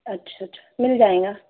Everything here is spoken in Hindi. अच्छा अच्छा मिल जाएगा